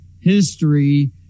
History